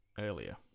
earlier